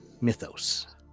mythos